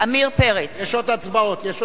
עמיר פרץ, יש עוד הצבעות.